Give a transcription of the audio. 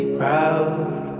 proud